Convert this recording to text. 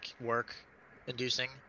work-inducing